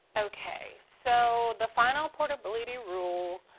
okay. so the final portability rule